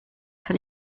tell